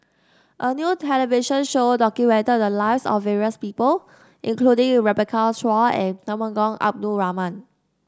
a new television show documented the lives of various people including Rebecca Chua and Temenggong Abdul Rahman